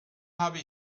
habe